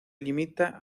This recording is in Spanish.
limita